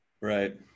Right